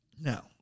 Now